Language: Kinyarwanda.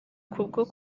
kubwo